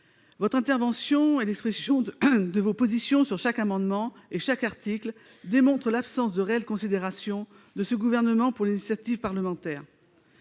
Votre intervention, et l'expression de vos positions sur chaque amendement et chaque article montrent l'absence de réelle considération de ce gouvernement pour l'initiative parlementaire.